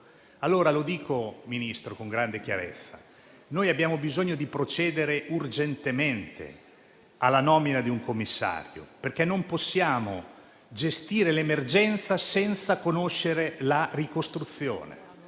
Ministro, dico pertanto con grande chiarezza che abbiamo bisogno di procedere urgentemente alla nomina di un commissario, perché non possiamo gestire l'emergenza senza conoscere la ricostruzione.